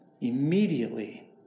Immediately